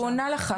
היא עונה לך,